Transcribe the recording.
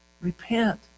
Repent